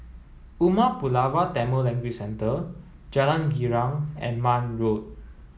Umar Pulavar Tamil Language Centre Jalan Girang and Marne Road